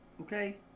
okay